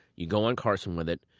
you go on carson with it,